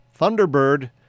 Thunderbird